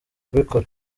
kubikora